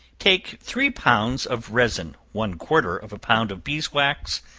take three pounds of resin, one-quarter of a pound of beeswax,